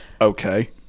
okay